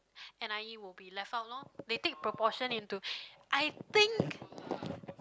n_i_e will be left out loh they take proportion into I think